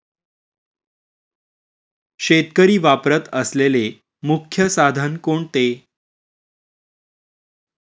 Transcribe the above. शेतकरी वापरत असलेले मुख्य साधन कोणते?